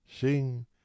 Sing